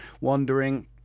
wondering